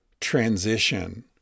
transition